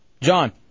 John